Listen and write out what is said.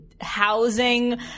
housing